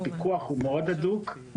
הפיקוח הוא מאוד הדוק.